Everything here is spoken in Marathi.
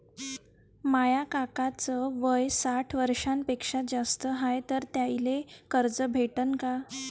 माया काकाच वय साठ वर्षांपेक्षा जास्त हाय तर त्याइले कर्ज भेटन का?